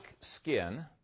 skin